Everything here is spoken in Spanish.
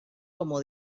como